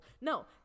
No